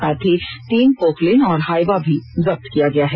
साथ ही तीन पोकलेन और हाईवा भी जब्त किया गया है